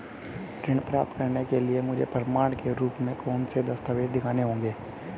ऋण प्राप्त करने के लिए मुझे प्रमाण के रूप में कौन से दस्तावेज़ दिखाने होंगे?